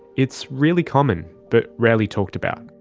it's really common but rarely talked about.